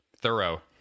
thorough